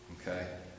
Okay